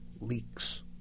leaks